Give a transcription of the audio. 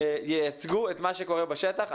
כאן ייצגו את מה שקורה בשטח.